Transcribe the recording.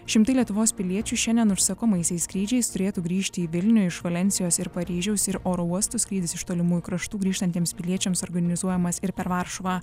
šimtai lietuvos piliečių šiandien užsakomaisiais skrydžiais turėtų grįžti į vilnių iš valensijos ir paryžiaus ir oro uostų skrydis iš tolimųjų kraštų grįžtantiems piliečiams organizuojamas ir per varšuvą